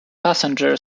passenger